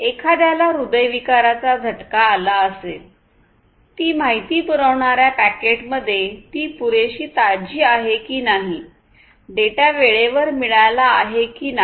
एखाद्याला हृदयविकाराचा झटका आला असेल ती माहिती पुरविणा्या पॅकेटमध्ये ती पुरेशी ताजी आहे की नाही डेटा वेळेवर मिळाला आहे की नाही